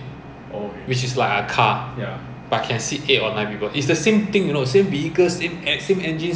!wah! you are dangerous you need seventy kilometer per hour what logic no logic [one] double standard a lot of double standard